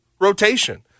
rotation